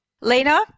Lena